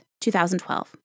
2012